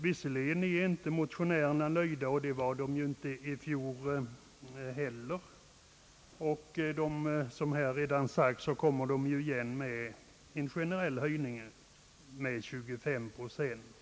Visserligen är inte motionärerna nöjda, men det var de inte i fjol heller, och som jag redan sagt kommer de igen med krav på en generell höjning om 25 procent.